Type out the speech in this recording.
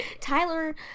Tyler